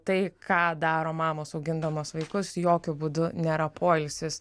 tai ką daro mamos augindamos vaikus jokiu būdu nėra poilsis